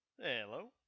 hello